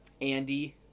Andy